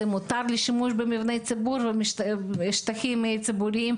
מותר לשימוש במבני ציבור ושטחים ציבוריים,